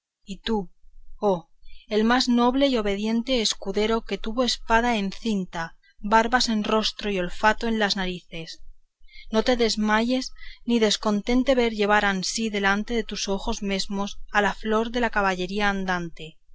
y tú oh el más noble y obediente escudero que tuvo espada en cinta barbas en rostro y olfato en las narices no te desmaye ni descontente ver llevar ansí delante de tus ojos mesmos a la flor de la caballería andante